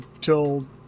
till